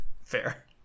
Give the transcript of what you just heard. fair